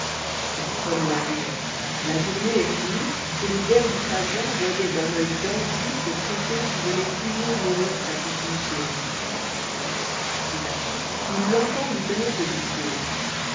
personne n'arrivoit la jouméei est finie et le dervis à jeun voyoit d'un oeil d'envie ce faucon qui venoittoujours nourrir sa pupille chérie tout à coup ill'entendlui tenir ce discours